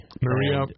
Maria